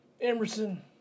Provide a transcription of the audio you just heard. Emerson